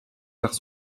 vers